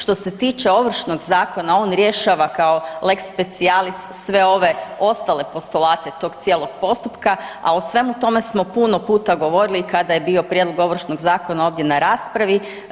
Što se tiče Ovršnog zakona, on rješava kao lex specialis sve ove ostale postulate tog cijelog postupka, a o svemu tome smo puno puta govorili kada je bio prijedlog Ovršnog zakona ovdje na raspravi.